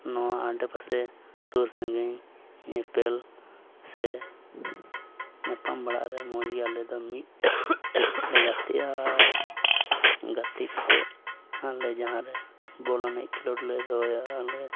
ᱱᱚᱣᱟ ᱟᱰᱮ ᱯᱟᱥᱮ ᱥᱩᱨ ᱥᱟᱺᱜᱤᱧ ᱧᱮᱯᱮᱞ ᱥᱮ ᱧᱟᱯᱟᱢ ᱵᱟᱲᱟᱜ ᱨᱮ ᱢᱚᱡᱽ ᱜᱮ ᱟᱞᱮ ᱫᱚ ᱢᱤᱫ ᱤᱭᱟᱹ ᱛᱮᱜᱮ ᱞᱮ ᱜᱟᱛᱮᱜᱼᱟ ᱟᱨ ᱜᱟᱛᱮ ᱠᱟᱛᱮᱫ ᱟᱨ ᱞᱮ ᱡᱟᱦᱟᱸ ᱨᱮ ᱵᱚᱞ ᱮᱱᱮᱡ ᱠᱷᱮᱞᱳᱰ ᱞᱮ ᱫᱚᱦᱚᱭᱟ ᱟᱨ ᱞᱮ